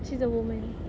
she's a woman